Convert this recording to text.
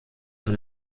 für